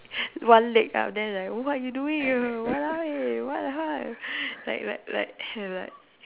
one leg up then like what you doing eh !walao! eh what lah like like like like